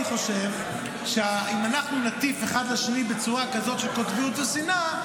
אני חושב שאם אנחנו נטיף אחד לשני בצורה כזאת של קוטביות ושנאה,